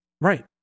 Right